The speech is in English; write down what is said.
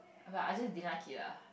but I just didn't like it lah